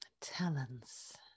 talents